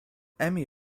emmy